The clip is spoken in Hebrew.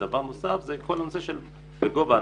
ודבר נוסף זה כל הנושא של עבודה בגובה.